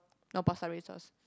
no pasta red sauce